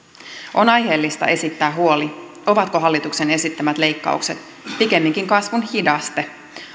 on aiheellista esittää huoli ovatko hallituksen esittämät leikkaukset pikemminkin kasvun hidaste